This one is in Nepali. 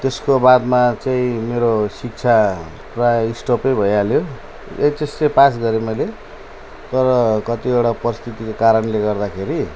त्यसको बादमा चाहिँ मेरो शिक्षा प्रायः स्टपै भइहाल्यो एचएस चाहिँ पास गरेँ मैले तर कतिवटा परिस्थितिको कारणले गर्दाखेरि